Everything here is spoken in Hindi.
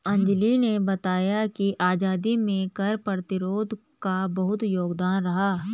अंजली ने बताया कि आजादी में कर प्रतिरोध का बहुत योगदान रहा